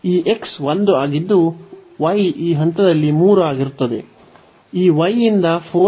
ಈ x 1 ಆಗಿದ್ದುy ಈ ಹಂತದಲ್ಲಿ 3 ಆಗಿರುತ್ತದೆ